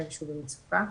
משרד הרווחה מבחינתו מוכן,